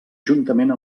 juntament